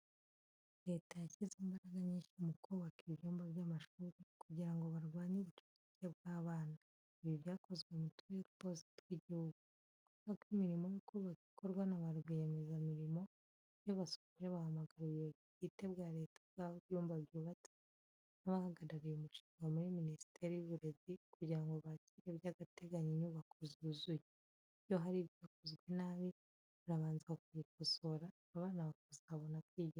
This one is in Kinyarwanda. Leta yashyize imbaraga nyinshi mu kubaka ibyumba by'amashuri kugira ngo barwanye ubucucike bw'abana. Ibi byakozwe mu turere twose tw'igihugu. Kubera ko imirimo yo kubaka ikorwa na barwiyemezamirimo, iyo basoje bahamagara ubuyobozi bwite ba Leta bw'aho ibyumba byubatse n'abahagarariye umushinga muri Minisiteri y'Uburezi kugira ngo bakire by'agateganyo inyubako zuzuye. Iyo hari ibyakozwe nabi, barabanza bakabikosora, abana bakazabona kwigiramo.